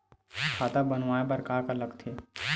खाता बनवाय बर का का लगथे?